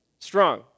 Strong